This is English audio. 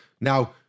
Now